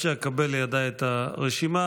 עד שאקבל לידיי את הרשימה,